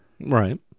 Right